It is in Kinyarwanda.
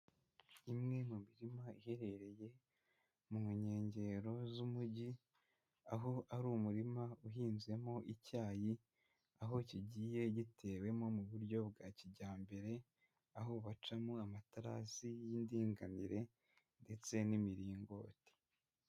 Imwe mu mirima iherereye mu nkengero z'umujyi, aho ari umurima uhinzemo icyayi aho kigiye gitewemo mu buryo bwa kijyambere, aho bacamo amaterasi y'indinganire ndetse n'imiringoti.